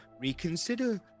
reconsider